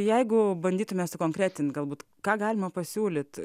jeigu bandytume sukonkretint galbūt ką galima pasiūlyt